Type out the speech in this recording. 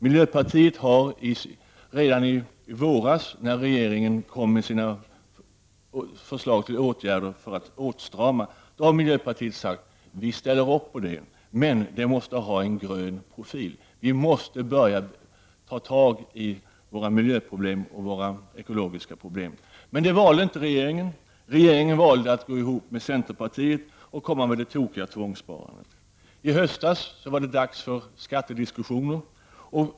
Miljöpartiet har redan i våras, när regeringen kom med sina förslag till åtgärder för åtstramning, sagt: Vi ställer upp, men det måste bli en grön profil. Vi måste börja ta tag i våra miljöproblem, ekologiska problem. Men regeringen valde inte det. Regeringen valde att gå ihop med centerpartiet om det tokiga tvångssparandet. I höstas var det dags för skattediskussioner.